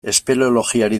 espeleologiari